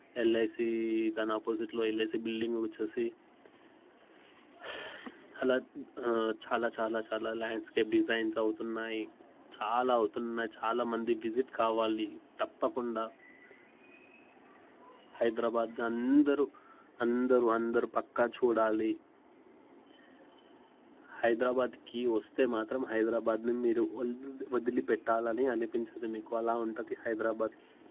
LIC దాని ఆపోజిట్లో LIC building వచ్చేసి అలా చాలా చాలా చాలా ల్యాండ్స్కేప్ డిజైన్స్ అవుతున్నాయి చాలా అవుతున్నాయి చాలామంది విసిట్ కావాలని తప్పకుండా హైదరాబాద్లో అందరు అందరు అందరు పక్కా చూడాలి హైదరాబాద్కి వస్తే మాత్రం హైదరాబాద్ని మీరు వదిలి పెట్టాలని అనిపించదు మీకు అలా ఉంటుంది హైదరాబాద్